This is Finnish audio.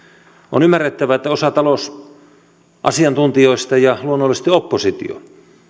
on ymmärrettävää että osa talousasiantuntijoista ja luonnollisesti oppositio